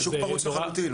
השוק פרוץ לחלוטין.